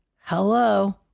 Hello